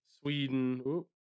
Sweden